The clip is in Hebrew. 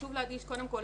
חשוב להדגיש קודם כל,